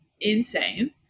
insane